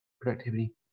productivity